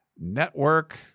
network